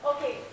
Okay